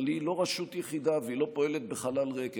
אבל היא לא רשות יחידה והיא לא פועלת בחלל ריק,